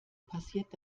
passiert